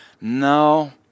no